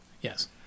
Yes